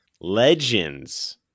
legends